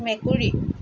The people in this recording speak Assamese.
মেকুৰী